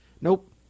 Nope